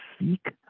seek